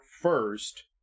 first